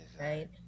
right